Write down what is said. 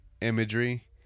imagery